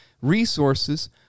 resources